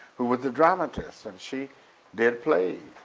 who was a dramatist and she did plays.